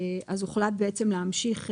אז הוחלט להמשיך,